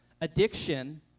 addiction